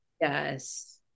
Yes